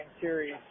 series